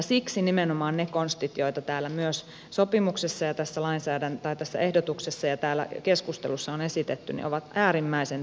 siksi nimenomaan ne konstit joita myös tässä sopimuksessa tässä ehdotuksessa ja täällä keskustelussa on esitetty ovat äärimmäisen tärkeitä